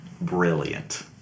Brilliant